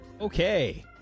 Okay